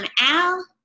Al